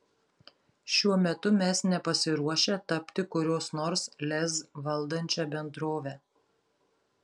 šiuo metu mes nepasiruošę tapti kurios nors lez valdančia bendrove